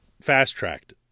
fast-tracked